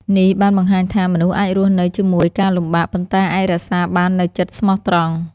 នេះបានបង្ហាញថា មនុស្សអាចរស់នៅជាមួយការលំបាក ប៉ុន្តែអាចរក្សាបាននូវចិត្តស្មោះត្រង់។